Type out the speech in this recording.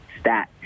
stat